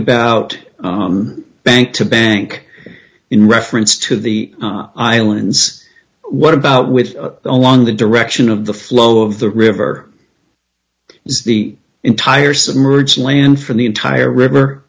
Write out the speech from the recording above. about bank to bank in reference to the islands what about with along the direction of the flow of the river is the entire submerged land from the entire river